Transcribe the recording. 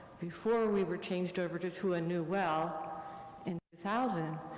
before we were changed over to to a new well in thousand.